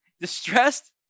distressed